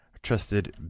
Trusted